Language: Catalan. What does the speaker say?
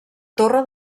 torre